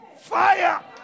fire